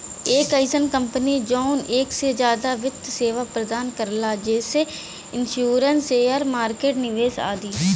एक अइसन कंपनी जौन एक से जादा वित्त सेवा प्रदान करला जैसे इन्शुरन्स शेयर मार्केट निवेश आदि